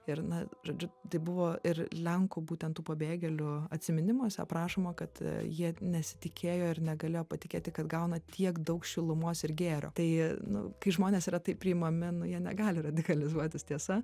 ir na žodžiu tai buvo ir lenkų būtent tų pabėgėlių atsiminimuose aprašoma kad jie nesitikėjo ir negalėjo patikėti kad gauna tiek daug šilumos ir gėrio tai nu kai žmonės yra taip priimami na jie negali radikalizuotis tiesa